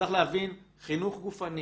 צריך להבין, חינוך גופני